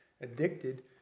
addicted